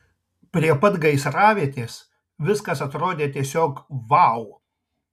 prie pat gaisravietės viskas atrodė tiesiog vau